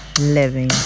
Living